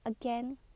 again